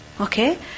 Okay